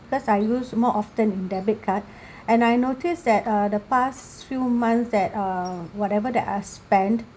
because I use more often in debit card and I noticed that uh the past few months that uh whatever that are spent